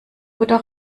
butter